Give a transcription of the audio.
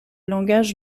langage